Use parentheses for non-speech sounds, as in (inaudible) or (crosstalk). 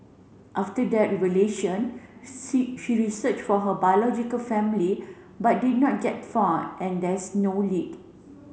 after that relation (unintelligible) she searched for her biological family but did not get far and there is no lead